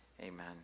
Amen